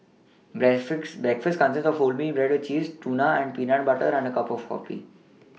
breakfast breakfast consists of wholemeal bread with cheese tuna and peanut butter and a cup of coffee